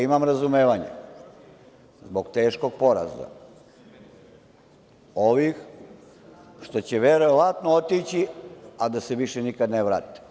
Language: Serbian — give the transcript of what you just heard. Imam ja razumevanja zbog teškog poraza ovih što će verovatno otići a da se više nikada ne vrate.